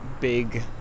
big